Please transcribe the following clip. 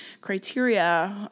criteria